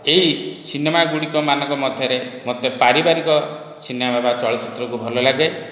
ଏହି ସିନେମା ଗୁଡ଼ିକମାନଙ୍କ ମଧ୍ୟରେ ମୋତେ ପାରିବାରିକ ସିନେମା ବା ଚଳଚ୍ଚିତ୍ରକୁ ଭଲ ଲାଗେ